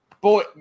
Boy